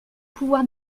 pouvoir